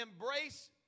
embrace